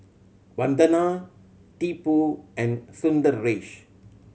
Vandana Tipu and Sundaresh